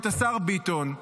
את השר ביטון,